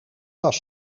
was